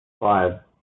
five